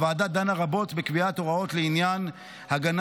הוועדה דנה רבות בקביעת הוראות לעניין הגנה